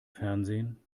fernsehen